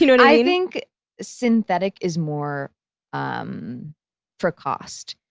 you know and i think synthetic is more um for cost.